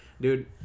Dude